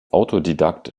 autodidakt